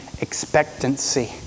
expectancy